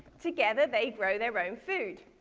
together they grow their own food.